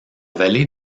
vallée